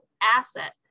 asset